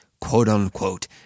quote-unquote